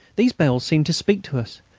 those bells seemed to speak to us,